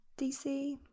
DC